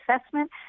assessment